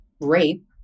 rape